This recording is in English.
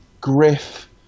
Griff